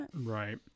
Right